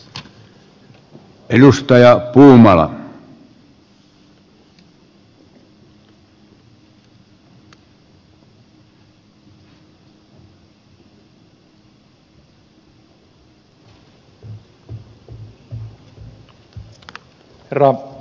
herra puhemies